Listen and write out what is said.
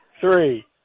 three